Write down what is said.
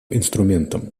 инструментом